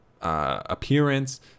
appearance